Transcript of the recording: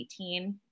2018